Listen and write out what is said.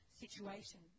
situation